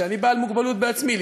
כשאני בעל מוגבלות בעצמי,